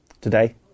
Today